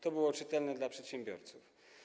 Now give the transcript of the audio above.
To było czytelne dla przedsiębiorców.